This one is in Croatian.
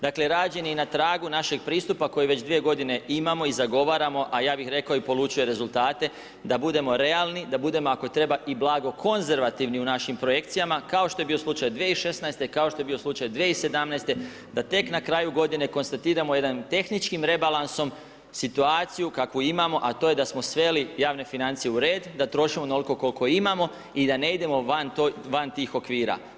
Dakle, rađen je i na tragu našeg pristupa koji već dvije godine imamo i zagovaramo, a ja bih rekao i polučuje rezultate, da budemo realni, da budemo ako treba i blago konzervativni u našim projekcijama kao što je bio slučaj 2016., kao što je bio slučaj 2017., da tek na kraju godine konstatiramo jedan tehničkim rebalansom situaciju kakvu imamo, a to je da smo sveli javne financije u red, da trošimo onoliko koliko imamo i da ne idemo van tih okvira.